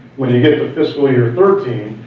when you get to fiscal year thirteen,